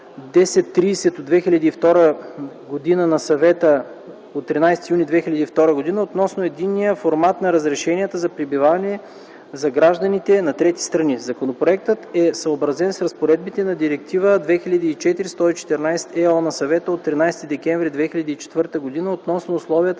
1030/2002 на Съвета от 13 юни 2002 г. относно единния формат на разрешенията за пребиваване за гражданите на трети страни. Законопроектът е съобразен с разпоредбите на Директива 2004/114/ЕО на Съвета от 13 декември 2004 г. относно условията